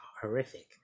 horrific